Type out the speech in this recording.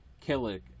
Killick